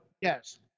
yes